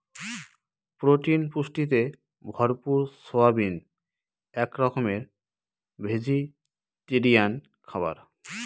protein পুষ্টিতে ভরপুর soybean এক রকমের ভেজিটেরিয়ান খাবার